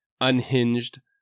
unhinged